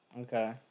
Okay